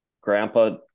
grandpa